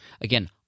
again